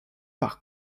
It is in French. par